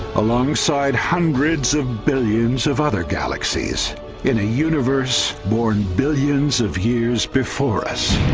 alongside hundreds of billions of other galaxies in a universe born billions of years before us